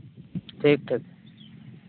ᱴᱷᱤᱠ ᱴᱷᱤᱠ